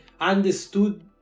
understood